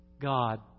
God